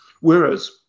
Whereas